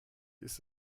ist